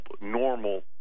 normal